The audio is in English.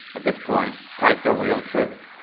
at this point, write the real truth,